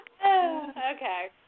Okay